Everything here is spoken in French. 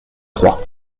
trois